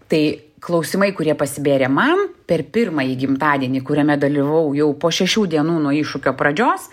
tai klausimai kurie pasibėrė man per pirmąjį gimtadienį kuriame dalyvavau jau po šešių dienų nuo iššūkio pradžios